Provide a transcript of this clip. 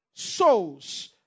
souls